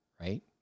right